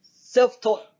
Self-taught